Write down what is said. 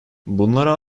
bunlara